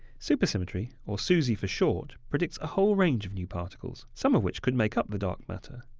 supersymmetry, or susy for short, predicts a whole range of new particles, some of which could make up the dark matter.